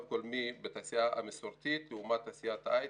הגולמי בתעשייה המסורתית לעומת תעשיית ההיי-טק.